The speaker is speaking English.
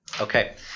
Okay